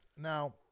Now